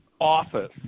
Office